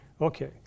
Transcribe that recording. Okay